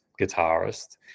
guitarist